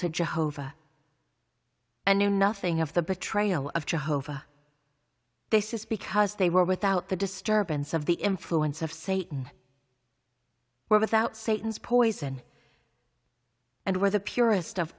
to jehovah and knew nothing of the betrayal of jehovah this is because they were without the disturbance of the influence of satan were without satan's poison and were the purest of